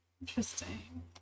Interesting